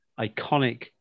iconic